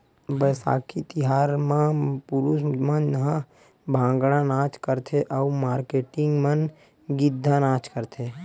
बइसाखी तिहार म पुरूस मन ह भांगड़ा नाच करथे अउ मारकेटिंग मन गिद्दा नाच करथे